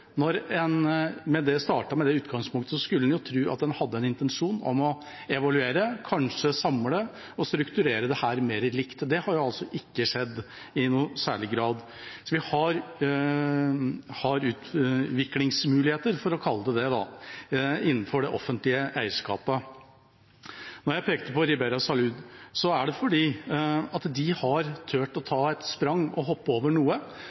Når man startet med det utgangspunktet, skulle man tro at man hadde en intensjon om å evaluere – kanskje samle og strukturere dette mer likt. Det har altså ikke skjedd i noen særlig grad. Så vi har utviklingsmuligheter, for å kalle det det, innenfor det offentlige eierskapet. Når jeg pekte på Ribera Salud, er det fordi de har turt å ta et sprang og hoppe over noe.